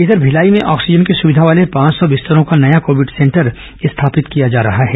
इधर भिलाई में ऑक्सीजन की सुविधा वाले पांच सौ बिस्तरों का नया कोविड सेंटर स्थापित किया जा रहा है